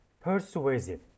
Persuasive